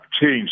change